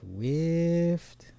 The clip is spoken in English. Swift